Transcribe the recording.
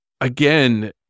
again